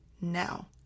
now